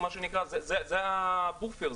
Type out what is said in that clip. זה ה"בופר",